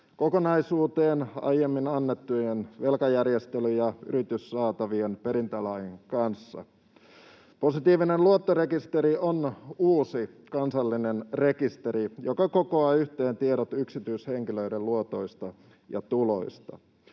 kokonaisuuteen aiemmin annettujen velkajärjestelylain ja yrityssaatavien perintälain kanssa. Positiivinen luottorekisteri on uusi kansallinen rekisteri, joka kokoaa yhteen tiedot yksityishenkilöiden luotoista ja tuloista,